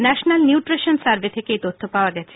national nutrition survey থেকে এই তথ্য পাওয়া গেছে